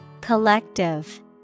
Collective